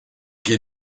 que